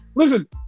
listen